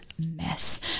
mess